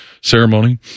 ceremony